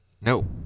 No